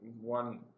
One